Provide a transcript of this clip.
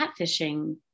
catfishing